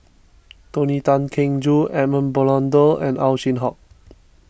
Tony Tan Keng Joo Edmund Blundell and Ow Chin Hock